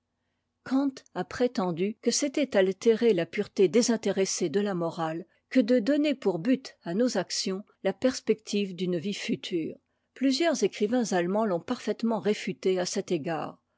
a prétendu que c'était altérer la pureté désintéressée de la morale que de donner pour but à nos actions la perspective d'une vie future plusieurs écrivains allemands t'ont parfaitement réfuté à cet égard